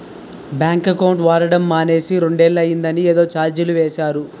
bank account వాడడం మానేసి రెండేళ్ళు అయిందని ఏదో చార్జీలు వేసేరు